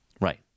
Right